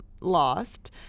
lost